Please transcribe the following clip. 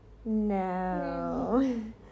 No